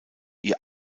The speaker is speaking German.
ihr